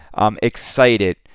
excited